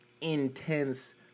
intense